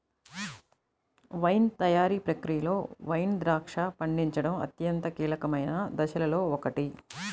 wine తయారీ ప్రక్రియలో wine ద్రాక్ష పండించడం అత్యంత కీలకమైన దశలలో ఒకటి